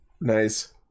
Nice